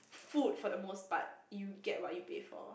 food for the most part you get what you pay for